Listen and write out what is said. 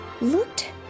looked